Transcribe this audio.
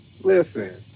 Listen